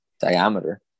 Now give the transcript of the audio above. diameter